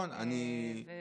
וזה